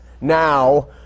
Now